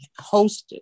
hosted